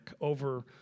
over